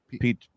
Pete